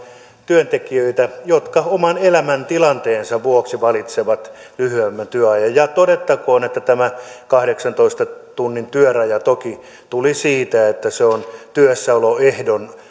työntekijöitä jotka oman elämäntilanteensa vuoksi valitsevat lyhyemmän työajan ja todettakoon että tämä kahdeksantoista tunnin työraja toki tuli siitä että se on työssäoloehdon